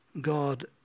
God